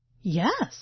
Yes